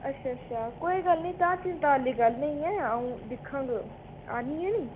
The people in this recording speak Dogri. अच्छा अच्छा कोई गल्ल निं तां चिंता आह्ली गल्ल नेईं ऐ अ'ऊं दिक्खङ आह्नियै निं